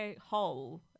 hole